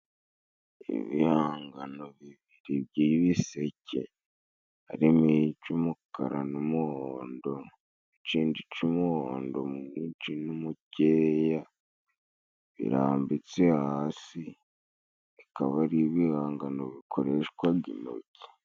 Ibihangano bibiri by'ibiseke harimo ic'umukara n'umuhondo, icindi c'umuhondo mwinshi n'umukeya birambitse hasi, akaba ari ibihangano bikoreshwaga intoki.